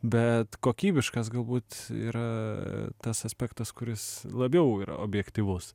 bet kokybiškas galbūt yra tas aspektas kuris labiau yra objektyvus